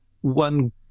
one